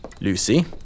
Lucy